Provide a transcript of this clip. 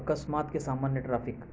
અકસ્માત કે સામાન્ય ટ્રાફિક